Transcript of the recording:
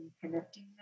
connecting